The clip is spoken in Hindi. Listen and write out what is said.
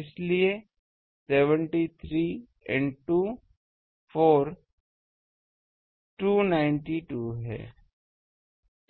इसलिए 73 इनटू 4 292 है